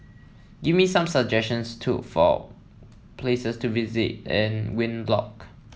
give me some suggestions took for places to visit in Windhoek